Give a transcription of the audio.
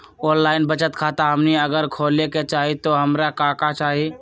Online बचत खाता हमनी अगर खोले के चाहि त हमरा का का चाहि?